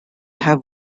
have